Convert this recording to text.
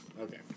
Okay